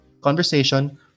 conversation